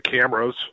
cameras